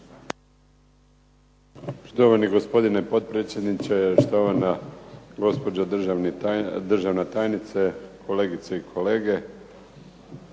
Štovani gospodine potpredsjedniče, štovani gospođo državna tajnice, kolegice i kolege.